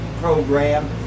program